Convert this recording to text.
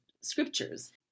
scriptures